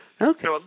Okay